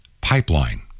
pipeline